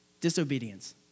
disobedience